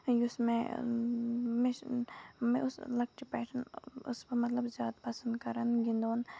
یُس مےٚ مےٚ مےٚ اوس لۄکچہِ پٮ۪ٹھ مےٚ ٲسٕس مطلب زیادٕ پَسند کران گِندُن